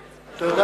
הצעירים.